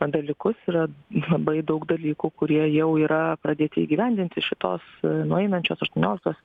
dalykus yra labai daug dalykų kurie jau yra pradėti įgyvendinti šitos nueinančios aštuonioliktos